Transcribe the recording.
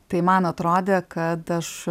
tai man atrodė kad aš